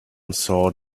thought